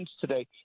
today